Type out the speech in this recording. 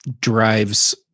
drives